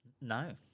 No